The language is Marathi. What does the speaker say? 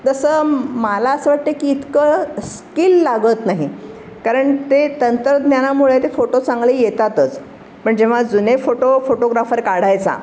तसं मला असं वाटते की इतकं स्किल लागत नाही कारण ते तंत्रज्ञानामुळे ते फोटो चांगले येतातच पण जेव्हा जुने फोटो फोटोग्राफर काढायचा